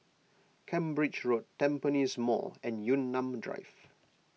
Cambridge Road Tampines Mall and Yunnan Drive